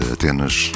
Atenas